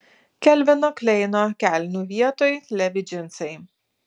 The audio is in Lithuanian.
kelvino kleino kelnių vietoj levi džinsai